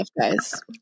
guys